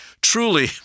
truly